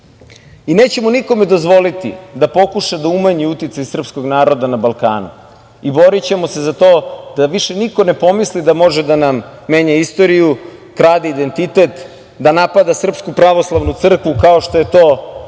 i nećemo nikome dozvoliti da pokuša da umanji uticaj srpskog naroda na Balkanu i borićemo se za to da više niko ne pomisli da može da nam menja istoriju, krade identitet, da napada SPC, kao što je to bio